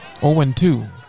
0-2